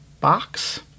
box